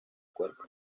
cuerpo